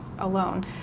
alone